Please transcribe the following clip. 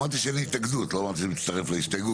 אמרתי שאין לי התנגדות לא אמרתי שאני מצטרף להסתייגות.